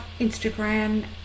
Instagram